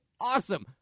awesome